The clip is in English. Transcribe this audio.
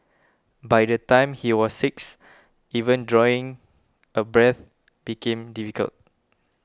by the time he was six even drawing a breath became difficult